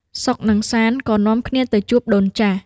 សុខ និងសាន្តក៏នាំគ្នាទៅជួបដូនចាស់។